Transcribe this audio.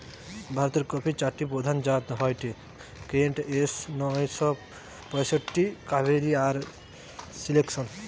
ভারতের কফির চারটি প্রধান জাত হয়ঠে কেন্ট, এস নয় শ পয়ষট্টি, কাভেরি আর সিলেকশন